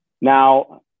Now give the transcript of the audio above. Now